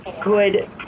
good